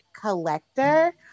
collector